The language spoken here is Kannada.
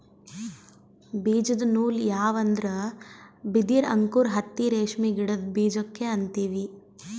ಬೀಜದ ನೂಲ್ ಯಾವ್ ಅಂದ್ರ ಬಿದಿರ್ ಅಂಕುರ್ ಹತ್ತಿ ರೇಷ್ಮಿ ಗಿಡದ್ ಬೀಜಕ್ಕೆ ಅಂತೀವಿ